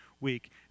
week